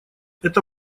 это